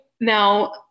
Now